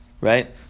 right